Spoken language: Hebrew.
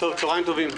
צהריים טובים.